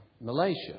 Malaysia